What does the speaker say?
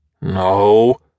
No